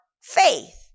faith